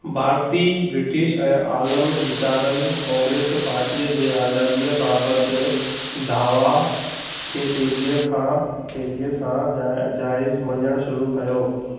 Bharti British ऐं आलम वीचारनि कांग्रेस पार्टीअ जे आज़ादीअ बाबति दावा खे तेज़ीअ खां तेज़ीअ सां जाइ जाइज़ु मञणु शुरू कयो